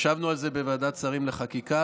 ישבנו על זה בוועדת שרים לחקיקה,